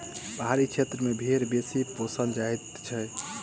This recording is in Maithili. पहाड़ी क्षेत्र मे भेंड़ बेसी पोसल जाइत छै